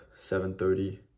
7.30